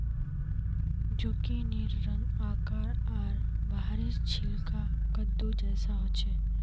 जुकिनीर रंग, आकार आर बाहरी छिलका कद्दू जैसा ह छे